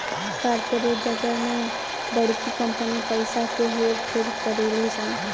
corporate जगत में बड़की कंपनी पइसा के हेर फेर करेली सन